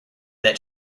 that